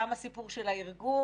מה קורה?